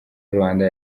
rwanda